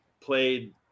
played